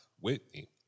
Whitney